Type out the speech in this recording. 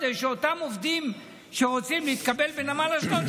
כדי שאותם עובדים שרוצים להתקבל לנמל אשדוד,